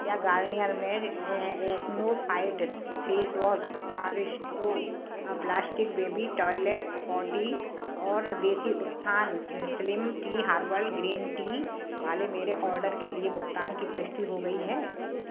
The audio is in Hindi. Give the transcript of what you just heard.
क्या Garnier men's Acno fight face wash Aristo plastic baby toilet potty और Desi Utthan slim tea herbal green tea वाले मेरे ऑर्डर के लिए भुगतान की पुष्टि हो गई है